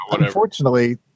unfortunately